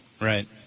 Right